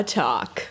talk